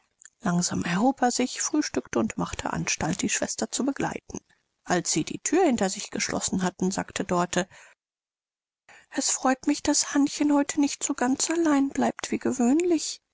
langsam erhob er sich frühstückte und machte anstalt die schwester zu begleiten als sie die thür hinter sich geschlossen hatten sagte dorte es freut mich daß hannchen heute nicht so ganz allein bleibt wie gewöhnlich